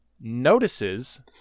notices